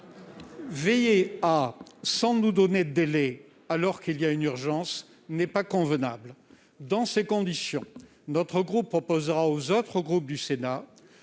veiller à » sans nous indiquer de délai, alors qu'il y a une urgence : ce n'est pas convenable ! Dans ces conditions, notre groupe proposera aux autres groupes du Sénat